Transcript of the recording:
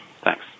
thanks